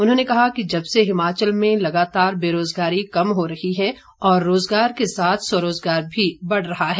उन्होंने कहा कि जब से हिमाचल में लगातार बेरोजगारी कम हो रही है और रोजगार के साथ स्वरोजगार भी बढ़ रहा है